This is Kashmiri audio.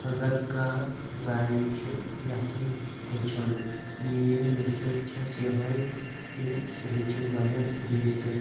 اَگَر کانٛہہ ڈَرایِنگ چھِ یِژھان ہیٚچھُن میٲنۍ نصحیَت چھس یہے کہِ سُہ ہیٚچھنۍ گۄڈٕنیٚتھ بیسِک